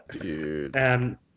Dude